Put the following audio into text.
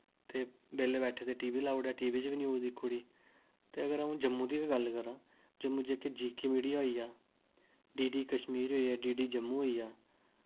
ते बेह्ल्ले बैठे दे टीवी लाई ओड़ेआ टीवी च बी न्यूज दिक्खी ओड़ी ते अगर अ'ऊं जम्मू दी गै गल्ल करां जम्मू जेह्के जेके मीडिया होई गेआ डीडी कश्मीर होई गेआ डीडी जम्मू होई गेआ